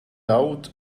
out